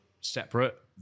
separate